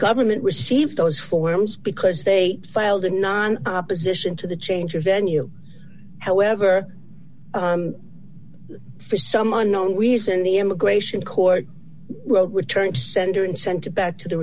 government received those forms because they filed a non opposition to the change of venue however for some unknown reason the immigration court will return to sender and sent it back to the